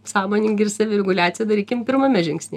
sąmoningi ir savireguliaciją darykim pirmame žingsnyje